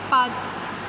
पाच